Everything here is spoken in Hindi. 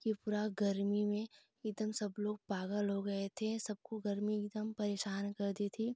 कि पूरा गर्मी में एकदम सब लोग पागल हो गए थे सबको गर्मी एकदम परेशान कर दी थी